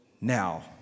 now